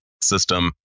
system